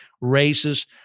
races